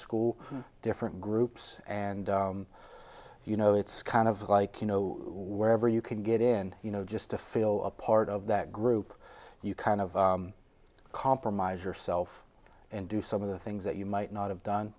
school different groups and you know it's kind of like you know wherever you can get in you know just to feel a part of that group you kind of compromise yourself and do some of the things that you might not have done